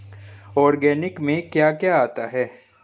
Organic में क्या क्या आता है?